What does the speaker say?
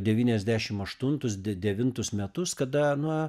devyniasdešim aštuntus de devintus metus kada na